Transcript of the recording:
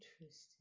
interesting